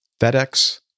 FedEx